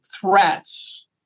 threats